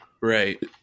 Right